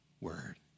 word